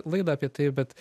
laidą apie tai bet